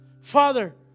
Father